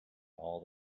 all